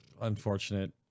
Unfortunate